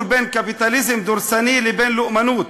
בין קפיטליזם דורסני לבין לאומנות.